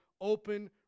open